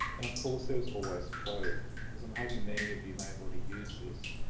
and of course there is always trove as i'm hoping many of you may have already used this.